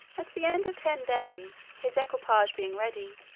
at the end of ten days, his equipage being ready,